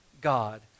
God